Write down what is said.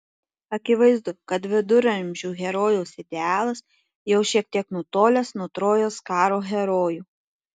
akivaizdu kad viduramžių herojaus idealas jau šiek tiek nutolęs nuo trojos karo herojų